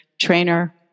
trainer